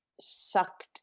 sucked